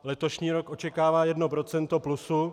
Letošní rok očekává jedno procento plusu.